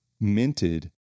minted